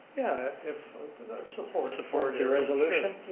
yeah, if support support the resolution?